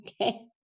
okay